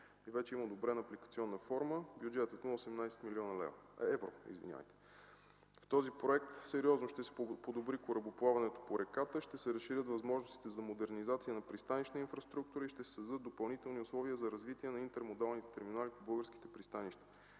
и вече има одобрена апликационна форма. Бюджетът му е 18 млн. евро. С този проект сериозно ще се подобри корабоплаването по реката, ще се разширят възможностите за модернизация на пристанищна инфраструктура и ще се създадат допълнителни условия за развитие на интермодалните терминали по българските пристанища.